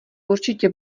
určitě